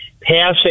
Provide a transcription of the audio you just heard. passing